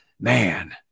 Man